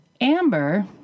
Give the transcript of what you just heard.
Amber